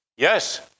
Yes